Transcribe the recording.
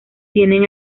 tienen